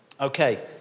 Okay